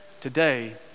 today